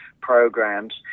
programs